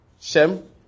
Shem